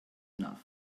enough